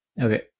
Okay